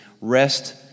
rest